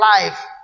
life